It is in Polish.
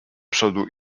przodu